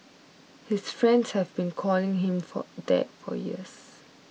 his friends have been calling him for that for years